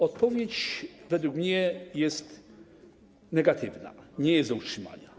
Odpowiedź według mnie jest negatywna: nie jest do utrzymania.